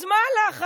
אז מה הלחץ?